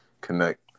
connect